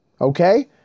Okay